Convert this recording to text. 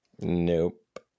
Nope